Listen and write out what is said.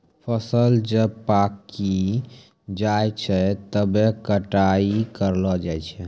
फसल जब पाक्की जाय छै तबै कटाई करलो जाय छै